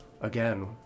Again